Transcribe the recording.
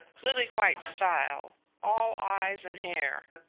lily-white style all eyes and hair.